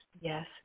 yes